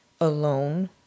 alone